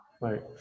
Right